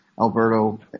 Alberto